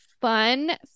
fun